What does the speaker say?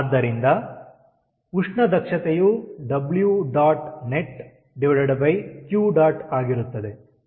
ಆದ್ದರಿಂದ ಉಷ್ಣ ದಕ್ಷತೆಯು 𝑊 ̇net 𝑄̇ ಆಗಿರುತ್ತದೆ